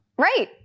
Right